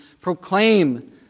proclaim